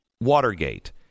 Watergate